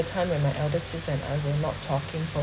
the time when my elder sis and I were not talking for